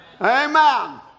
Amen